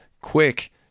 quick